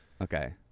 Okay